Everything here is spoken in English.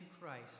Christ